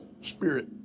spirit